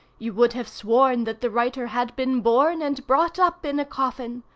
you would have sworn that the writer had been born and brought up in a coffin.